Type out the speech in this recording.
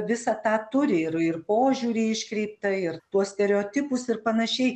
visą tą turi ir ir požiūrį iškreiptą ir tuos stereotipus ir panašiai